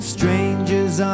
Strangers